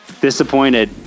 disappointed